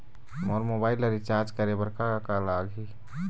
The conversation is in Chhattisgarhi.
मोर मोबाइल ला रिचार्ज करे बर का का लगही?